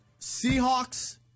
Seahawks